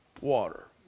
water